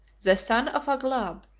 the son of aglab,